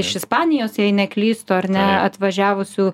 iš ispanijos jei neklystu ar ne atvažiavusių